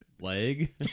leg